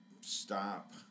stop